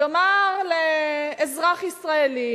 יאמר לאזרח ישראלי